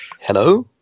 hello